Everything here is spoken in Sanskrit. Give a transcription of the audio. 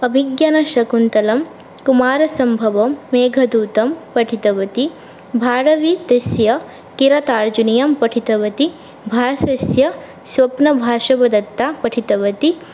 अभिज्ञानशाकुन्तलं कुमारसम्भवं मेघदूतं पठितवती भारवीत्यस्य किरातार्जुनीयं पठितवती भासस्य स्वप्नवासवदत्तां पठितवती